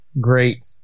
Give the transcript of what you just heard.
Great